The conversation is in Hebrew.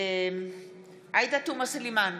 עאידה תומא סלימאן,